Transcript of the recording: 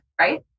right